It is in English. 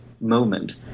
moment